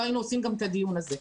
לא היינו עושים גם את הדיון הזה.